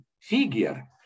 figure